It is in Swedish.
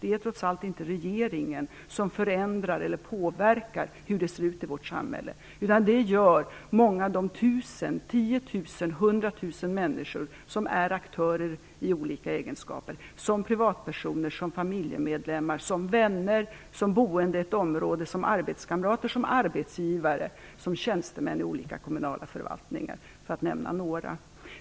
Det är trots allt inte regeringen som förändrar eller påverkar hur det ser ut i vårt samhälle, utan det gör de många tiotusentals eller hundratusentals människor som är aktörer i olika egenskaper: som privatpersoner, som familjemedlemmar, som vänner, som boende i ett område, som arbetskamrater, som arbetsgivare och som tjänstemän i kommunala förvaltningar, för att nämna några kategorier.